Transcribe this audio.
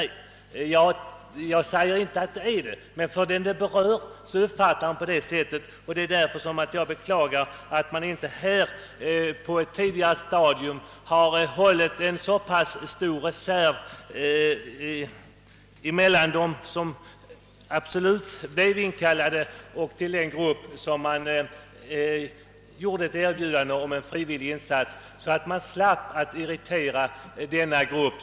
Jag säger inte att så är fallet, men den kan uppfattas på det sättet. Därför beklagar jag att man här inte på ett tidigare stadium har hållit en tillräckligt stor reserv för att fylla ut ev. luckor som uppstått på grund av beviljade uppskov. Därigenom skulle man ha sluppit att irritera någon.